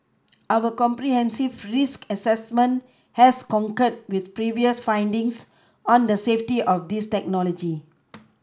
our comprehensive risk assessment has concurred with previous findings on the safety of this technology